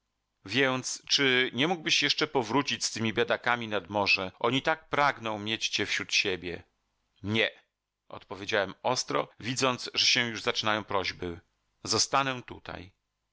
więc czy nie mógłbyś jeszcze powrócić z tymi biedakami nad morze oni tak pragną mieć cię wśród siebie nie odpowiedziałem ostro widząc że się już zaczynają prośby zostanę tutaj